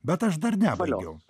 bet aš dar nebaigiau